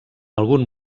algun